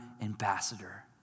ambassador